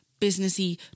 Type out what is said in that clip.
businessy